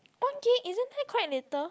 one gig isn't that quite little